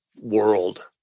world